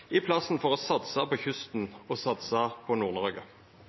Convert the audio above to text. i stedet for å satsa på kysten og satsa på